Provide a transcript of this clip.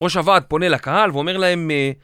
ראש הוועד פונה לקהל ואומר להם